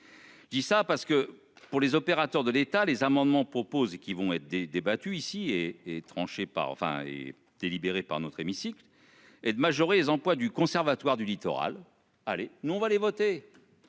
Je dis ça parce que pour les opérateurs de l'État. Les amendements proposés qui vont être débattus ici et et. Par enfin et délibérée par notre hémicycle et de majorer les employes du Conservatoire du littoral. Allez, nous on va aller voter.